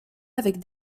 avec